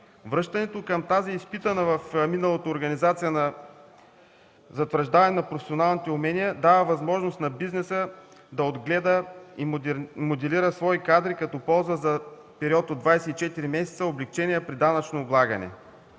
Връщането към тази изпитана в миналото организация за затвърждаване на професионалните умения дава възможност на бизнеса да отгледа и моделира свои кадри като ползва за период от 24 месеца облекчения при данъчно облагане.